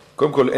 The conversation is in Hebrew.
קודם כול,